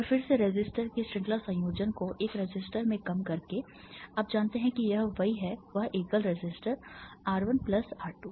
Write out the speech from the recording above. और फिर से रेसिस्टर के श्रृंखला संयोजन को एक रेसिस्टर में कम करके आप जानते हैं कि यह वही है वह एकल रेसिस्टर R 1 प्लस R 2